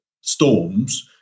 storms